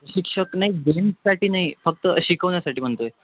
शिक्षक नाही बिलिंगसाठी नाही फक्त शिकवण्यासाठी म्हणतो आहे